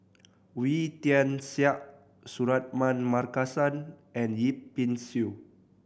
Wee Tian Siak Suratman Markasan and Yip Pin Xiu